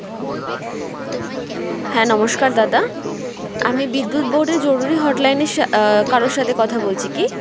হ্যাঁ নমস্কার দাদা আমি বিদ্যুৎ বোর্ডের জরুরি হটলাইনের সা কারোর সাথে কথা বলছি কি